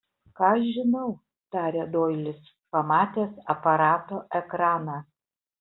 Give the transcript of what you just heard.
ką aš žinau tarė doilis pamatęs aparato ekraną